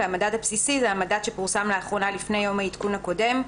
"המדד הבסיסי" המדד שפורסם לאחרונה לפני יום העדכון הקודם,